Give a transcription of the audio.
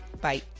Bye